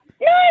No